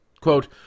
Quote